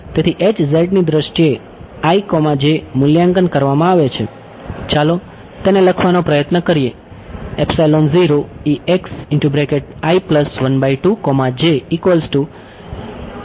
તેથી ની દ્રષ્ટિએ મૂલ્યાંકન કરવામાં આવે છે ચાલો તેને લખવાનો પ્રયત્ન કરીએ